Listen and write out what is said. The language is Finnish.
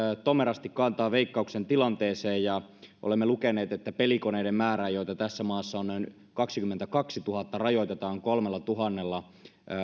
tomerasti kantaa veikkauksen tilanteeseen ja olemme lukeneet että pelikoneiden määrää joita tässä maassa on noin kaksikymmentäkaksituhatta rajoitetaan kolmellatuhannella